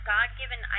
God-given